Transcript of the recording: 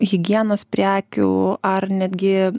higienos prekių ar netgi